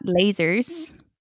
lasers